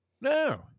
No